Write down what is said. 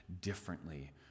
differently